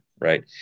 right